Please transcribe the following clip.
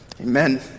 amen